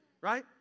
Right